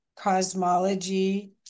cosmology